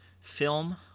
film